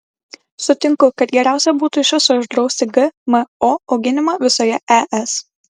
sutinku kad geriausia būtų iš viso uždrausti gmo auginimą visoje es